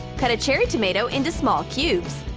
cut a cherry tomato into small cubes.